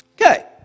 Okay